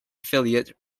affiliate